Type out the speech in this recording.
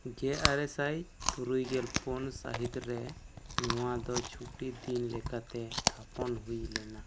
ᱜᱮ ᱟᱨᱮ ᱥᱟᱭ ᱛᱩᱨᱩᱭ ᱜᱮᱞ ᱯᱩᱱ ᱥᱟ ᱦᱤᱛ ᱨᱮ ᱱᱚᱣᱟ ᱫᱚ ᱪᱷᱩᱴᱤ ᱫᱤᱱ ᱞᱮᱠᱟᱛᱮ ᱛᱷᱟᱯᱚᱱ ᱦᱩᱭᱞᱮᱱᱟ